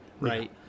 right